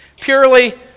purely